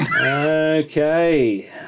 Okay